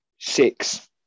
Six